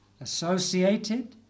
associated